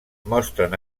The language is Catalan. mostren